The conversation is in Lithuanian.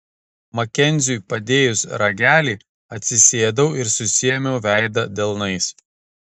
makenziui padėjus ragelį atsisėdau ir susiėmiau veidą delnais